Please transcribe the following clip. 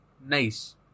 nice